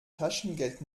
taschengeld